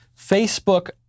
Facebook